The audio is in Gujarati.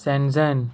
સેનઝેન